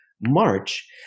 March